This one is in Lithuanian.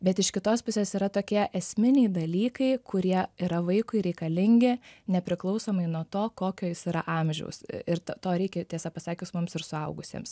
bet iš kitos pusės yra tokie esminiai dalykai kurie yra vaikui reikalingi nepriklausomai nuo to kokio jis yra amžiaus ir to reikia tiesą pasakius mums ir suaugusiems